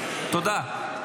תודה.